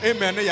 Amen